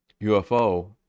ufo